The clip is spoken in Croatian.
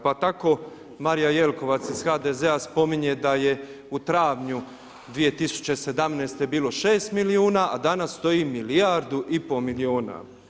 Pa tako Marija Jelkovac iz HDZ-a spominje da je u travnju 2017. bilo 6 milijuna, a danas stoji milijardu i pol milijuna.